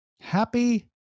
Happy